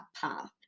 path